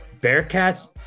bearcats